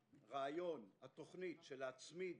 התוכנית של להצמיד